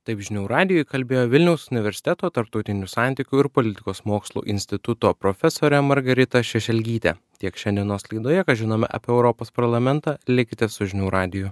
taip žinių radijui kalbėjo vilniaus universiteto tarptautinių santykių ir politikos mokslų instituto profesorė margarita šešelgytė tiek šiandienos laidoje ką žinom apie europos parlamentą likite su žinių radiju